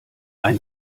ein